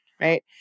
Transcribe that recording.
right